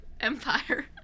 Empire